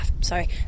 sorry